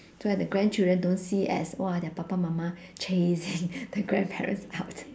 so that the grandchildren don't see as !wah! their papa mama chasing their grandparents out